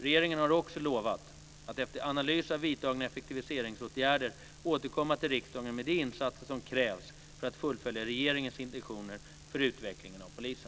Regeringen har också lovat att efter analys av vidtagna effektiviseringsåtgärder återkomma till riksdagen med de insatser som krävs för att fullfölja regeringens intentioner för utveckling av polisen.